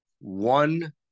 One